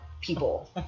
people